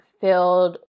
filled